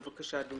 בבקשה דודי,